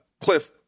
Cliff